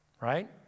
right